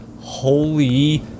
holy